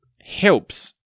helps